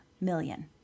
million